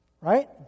Right